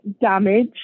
damage